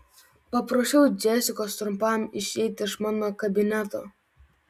paprašiau džesikos trumpam išeiti iš mano kabineto